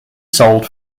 sold